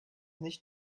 nicht